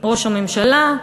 ראש הממשלה,